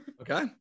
okay